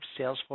Salesforce